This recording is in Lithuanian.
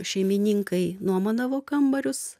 šeimininkai nuomodavo kambarius